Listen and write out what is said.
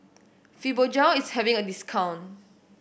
fibogel is having a discount